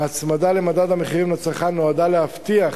ההצמדה למדד המחירים לצרכן נועדה להבטיח